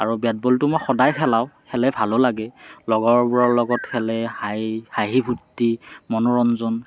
আৰু বেট বলটো মই সদাই খেলাওঁ খেলাই ভালো লাগে লগৰবোৰৰ লগত খেলে হাঁহি ফুৰ্তি মনোৰঞ্জন